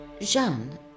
Jeanne